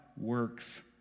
works